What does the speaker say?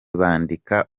bandika